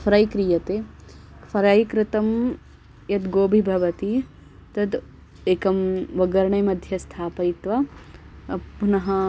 fry क्रियते fry कृतं यद्गोबि भवति तद् एकं वग्गर्णे मध्ये स्थापयित्वा पुनः